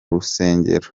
rusengero